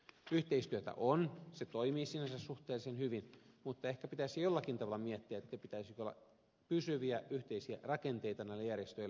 yhteistyötä on se toimii sinänsä suhteellisen hyvin mutta ehkä pitäisi jollakin tavalla miettiä pitäisikö olla pysyviä yhteisiä rakenteita näille järjestöille